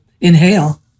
inhale